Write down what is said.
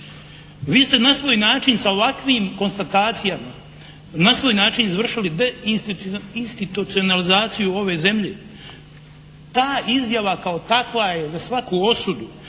Vi ste na svoj način sa ovakvim konstatacijama na svoj način izvršili deinstitucionalizaciju ove zemlje. Ta izjava kao takva je za svaku osudu.